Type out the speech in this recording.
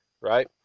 right